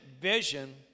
vision